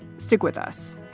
stick with us